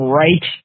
right